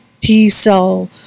T-cell